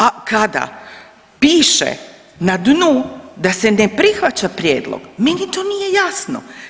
A kada piše na dnu da se ne prihvaća prijedlog, meni to nije jasno.